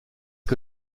que